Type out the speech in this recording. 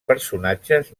personatges